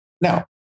Now